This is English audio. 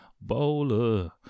bowler